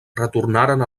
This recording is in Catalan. retornaren